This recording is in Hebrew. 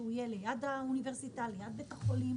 שיהיה ליד האוניברסיטה ובית החולים